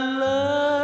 love